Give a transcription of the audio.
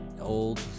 old